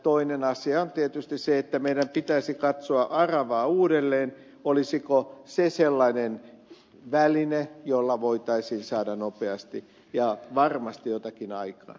toinen asia on tietysti se että meidän pitäisi katsoa aravaa uudelleen olisiko se sellainen väline jolla voitaisiin saada nopeasti ja varmasti jotakin aikaan